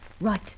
Right